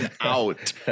out